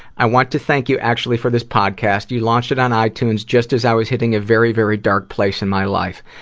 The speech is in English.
i want to thank you, actually, for this podcast. you launched it on itunes just as i was hitting a very, very dark place in my life.